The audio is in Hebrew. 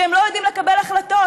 שהם לא יודעים לקבל החלטות.